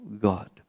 God